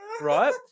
right